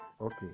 Okay